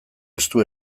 estu